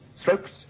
strokes